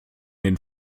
den